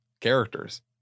characters